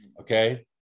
Okay